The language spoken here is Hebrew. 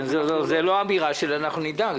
זה לא אמירה של "אנחנו נדאג".